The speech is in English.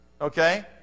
Okay